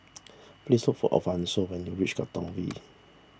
please look for Alfonso when you reach Katong V